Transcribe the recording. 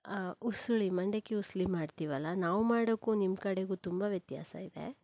ಉಸಲಿ ಮಂಡಕ್ಕಿ ಉಸಲಿ ಮಾಡ್ತೀವಲ್ಲ ನಾವು ಮಾಡೋಕ್ಕೂ ನಿಮ್ಮ ಕಡೆಗೂ ತುಂಬ ವ್ಯತ್ಯಾಸ ಇದೆ